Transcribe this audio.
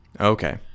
okay